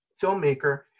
filmmaker